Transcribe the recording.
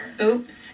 oops